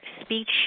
speech